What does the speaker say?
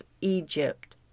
Egypt